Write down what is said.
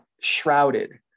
shrouded